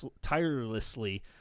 tirelessly